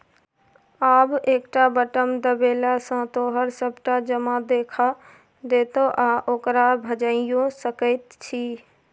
आब एकटा बटम देबेले सँ तोहर सभटा जमा देखा देतौ आ ओकरा भंजाइयो सकैत छी